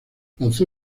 lanzó